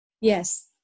yes